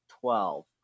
twelve